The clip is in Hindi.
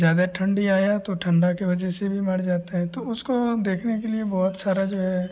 ज़्यादा ठंड आई तो ठंडा की वजह से भी मर जाते हैं तो उसको देखने के लिए बहुत सारा जो है